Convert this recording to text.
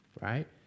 right